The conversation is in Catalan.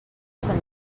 sant